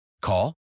Call